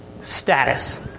Status